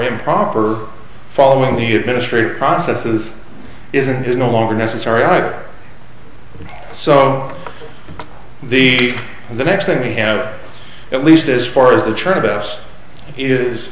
improper following the administrative processes is it is no longer necessary either so the the next thing we have at least as far as the